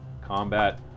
Combat